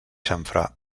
xamfrà